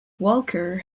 walker